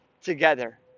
together